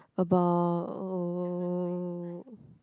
about